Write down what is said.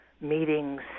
meetings